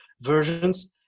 versions